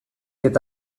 eta